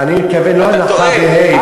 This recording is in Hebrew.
אתה טועה.